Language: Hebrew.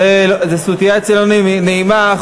זו סיטואציה לא נעימה,